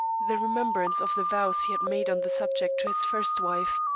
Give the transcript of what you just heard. the remembrance of the vows he had made on the subject to his first wife,